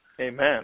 Amen